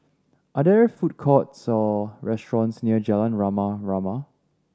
are there food courts or restaurants near Jalan Rama Rama